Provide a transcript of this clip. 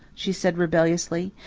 she said rebelliously.